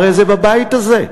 הרי זה בבית הזה.